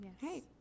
hey